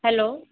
hello